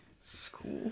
School